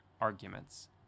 arguments